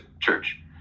church